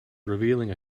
revealing